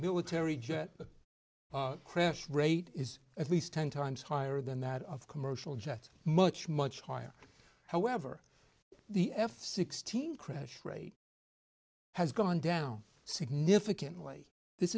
military jet crash rate is at least ten times higher than that of commercial jets much much higher however the f sixteen crash really has gone down significantly this